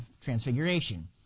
Transfiguration